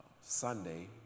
Sunday